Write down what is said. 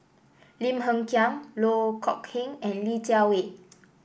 Lim Hng Kiang Loh Kok Heng and Li Jiawei